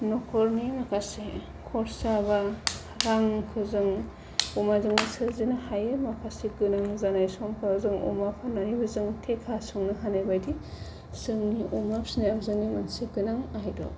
न'खरनि माखासे खरसा बा रांखौ जों अमाजोंबो सोरजिनो हायो माखासे गोनां जानाय समावफ्राव जों अमा फाननानैबो जों थेखा संनो हानाय बायदि जोंनि अमा फिसिनाया जोंनि मोनसे गोनां आदब